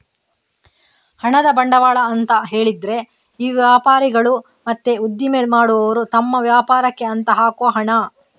ಹಣದ ಬಂಡವಾಳ ಅಂತ ಹೇಳಿದ್ರೆ ಈ ವ್ಯಾಪಾರಿಗಳು ಮತ್ತೆ ಉದ್ದಿಮೆ ಮಾಡುವವರು ತಮ್ಮ ವ್ಯಾಪಾರಕ್ಕೆ ಅಂತ ಹಾಕುವ ಹಣ